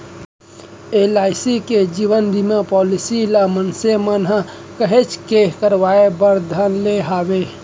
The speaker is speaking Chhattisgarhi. एल.आई.सी के जीवन बीमा पॉलीसी ल मनसे मन ह काहेच के करवाय बर धर ले हवय